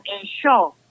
ensure